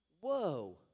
Whoa